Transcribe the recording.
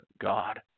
God